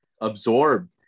absorb